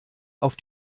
auf